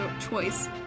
choice